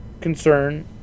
concern